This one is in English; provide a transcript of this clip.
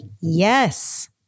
Yes